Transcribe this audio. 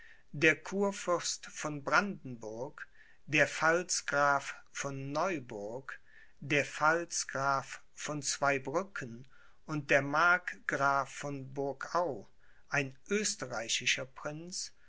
der kurfürst von brandenburg der pfalzgraf von neuburg der pfalzgraf von zweibrücken und der markgraf von burgau ein österreichischer prinz